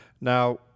Now